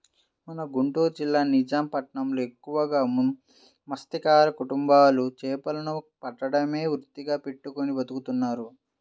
మన గుంటూరు జిల్లా నిజాం పట్నంలో ఎక్కువగా మత్స్యకార కుటుంబాలు చేపలను పట్టడమే వృత్తిగా పెట్టుకుని బతుకుతున్నారు